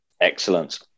Excellent